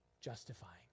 justifying